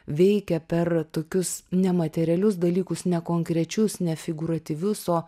veikia per tokius nematerialius dalykus nekonkrečius nefigūratyvius o